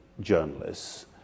journalists